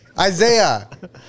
Isaiah